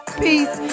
peace